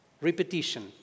Repetition